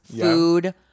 food